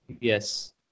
yes